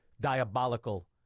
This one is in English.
diabolical